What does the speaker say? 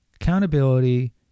Accountability